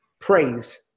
praise